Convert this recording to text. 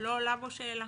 לא עולה בו שאלה.